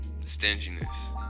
stinginess